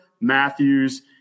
Matthews